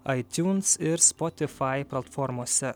itunes ir spotify platformose